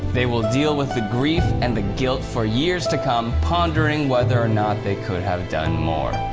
they will deal with the grief and the guilt for years to come, pondering whether or not they could have done more.